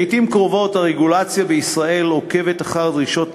לעתים קרובות הרגולציה בישראל עוקבת אחר דרישות